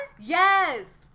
yes